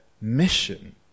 mission